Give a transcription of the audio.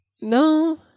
No